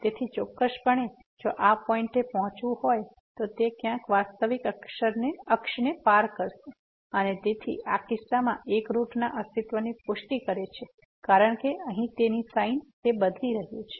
તેથી ચોક્કસપણે જો આ પોઈંટએ પહોંચવું હોય તો તે ક્યાંક વાસ્તવિક અક્ષને પાર કરશે અને તેથી આ કિસ્સામાં એક રૂટ ના અસ્તિત્વની પુષ્ટિ કરે છે કારણ કે અહી તે તેની સાઈન બદલી રહ્યું છે